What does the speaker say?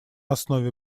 основе